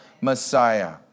Messiah